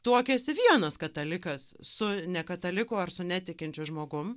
tuokiasi vienas katalikas su nekataliku ar su netikinčiu žmogum